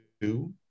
two